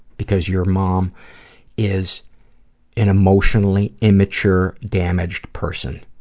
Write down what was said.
because your mom is an emotionally immature, damaged person.